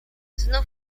znów